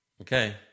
Okay